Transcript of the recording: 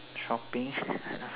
shopping